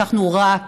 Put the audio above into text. לקחנו רק